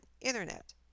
internet